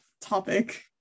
topic